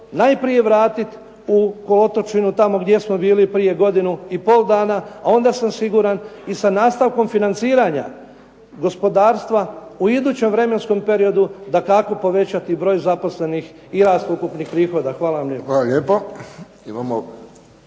najprije vratiti u kolotečinu tamo gdje smo bili prije godinu i pol dana a onda sam siguran i sa nastavkom financiranja gospodarstva u idućem vremenskom periodu dakako povećati broj zaposlenih i rast ukupnih prihoda. Hvala vam lijepo.